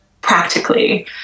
practically